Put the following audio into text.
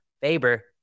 Faber